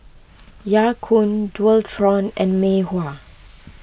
Ya Kun Dualtron and Mei Hua